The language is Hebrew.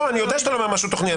אני יודע שאתה לא אומר משהו תוכני.